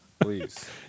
Please